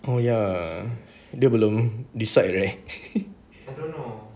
oh ya dia belum decide right